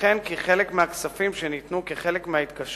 וכן כי חלק מהכספים שניתנו כחלק מההתקשרות